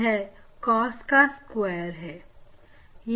यह cos का square है